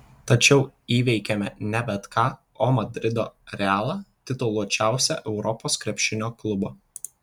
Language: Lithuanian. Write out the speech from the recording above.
tačiau įveikėme ne bet ką o madrido realą tituluočiausią europos krepšinio klubą